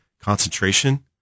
concentration